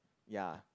ya